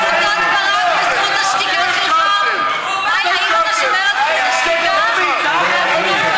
הוא בא מוכן עם נאום.